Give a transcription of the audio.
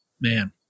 Man